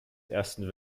ersten